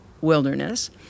wilderness